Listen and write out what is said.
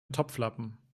topflappen